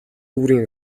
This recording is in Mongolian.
бүрийн